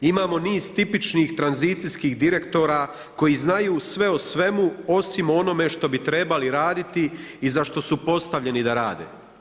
Imamo niz tipičnih tranzicijskih direktora koji znaju sve o svemu osim o onome što bi trebali raditi i za što su postavljeni da rade.